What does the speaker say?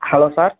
hello sir